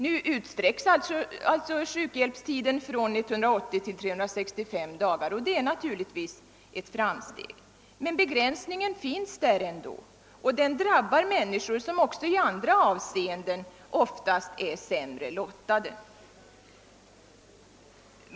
Nu utsträcks sjukhjälpstiden från 180 till 365 dagar, och det är naturligtvis ett framsteg, men begränsningen finns där ändå och den drabbar människor som också i andra avseenden oftast är sämre lottade.